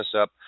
up